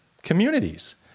communities